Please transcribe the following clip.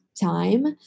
time